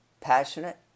passionate